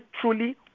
truly